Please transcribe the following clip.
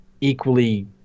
equally